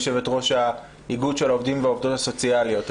יושבת ראש האיגוד של העובדים והעובדות הסוציאליות.